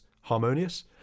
harmonious